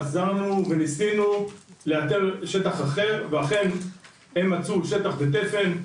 עזרנו וניסינו לאתר שטח אחר ואכן הם מצאו שטח בתפן.